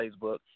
Facebook